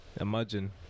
imagine